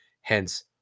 Hence